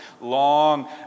long